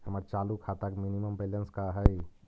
हमर चालू खाता के मिनिमम बैलेंस का हई?